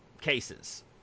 cases